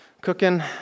cooking